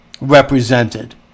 represented